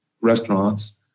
restaurants